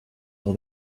all